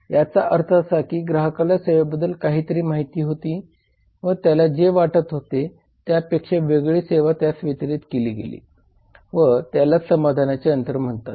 याचा अर्थ असा की ग्राहकाला सेवेबद्दल काहीतरी माहिती होती व त्याला जे वाटत होते त्यापेक्षा वेगळी सेवा त्यास वितरीत केली गेली व त्यालाच समाधानाचे अंतर म्हणतात